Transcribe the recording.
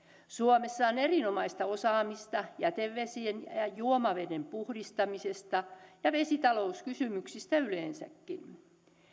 suomessa on erinomaista osaamista jätevesien ja ja juomaveden puhdistamisesta ja vesitalouskysymyksistä yleensäkin